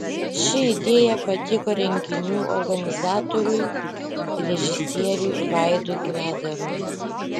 ši idėja patiko renginių organizatoriui režisieriui vaidui kvedarui